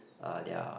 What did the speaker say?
uh their